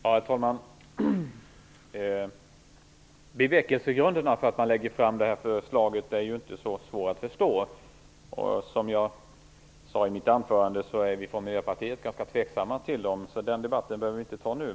Herr talman! Bevekelsegrunderna för att man lägger fram detta förslag är inte så svåra att förstå. Som jag sade i mitt anförande är vi i Miljöpartiet ganska tveksamma till dem, så den debatten behöver vi inte ta nu.